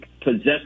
possess